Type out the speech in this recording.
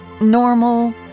normal